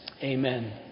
Amen